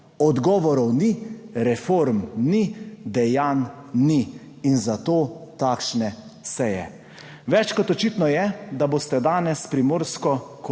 Odgovorov ni, reform ni, dejanj ni, zato takšne seje. Več kot očitno je, da boste danes v koaliciji